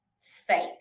fake